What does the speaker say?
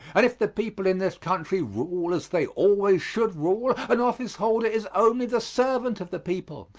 and if the people in this country rule as they always should rule, an office-holder is only the servant of the people,